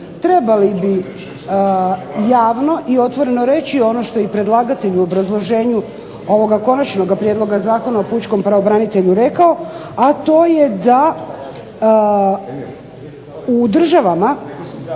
trebali bi javno i otvoreno reći ono što i predlagatelj u obrazloženju ovoga Konačnoga prijedloga Zakona o pučkom pravobranitelju rekao, a to je da u državama